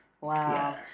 Wow